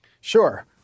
Sure